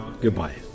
goodbye